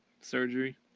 surgery